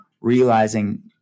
realizing